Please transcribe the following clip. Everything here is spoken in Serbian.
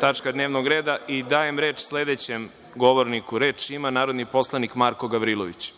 tačka dnevnog reda i dajem reč sledećem govorniku. Reč ima narodni poslanik Marko Gavrilović.